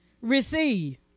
Receive